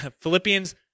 Philippians